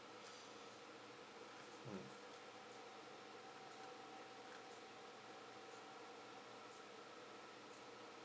mm